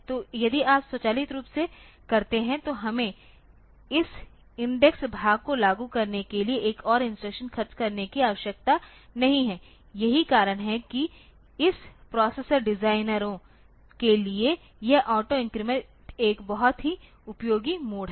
तो यदि आप स्वचालित रूप से करते हैं तो हमें इस इंडेक्स भाग को लागू करने के लिए एक और इंस्ट्रक्शन खर्च करने की आवश्यकता नहीं है यही कारण है कि इस प्रोसेसर डिजाइनरों के लिए यह ऑटो इन्क्रीमेंट एक बहुत ही उपयोगी मोड है